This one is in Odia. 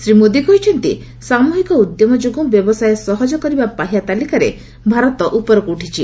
ଶ୍ରୀ ମୋଦି କହିଛନ୍ତି ସାମ୍ରହିକ ଉଦ୍ୟମ ଯୋଗୁଁ ବ୍ୟବସାୟ ସହଜ କରିବା ପାହ୍ୟା ତାଲିକାରେ ଭାରତ ଉପରକୁ ଉଠିଛି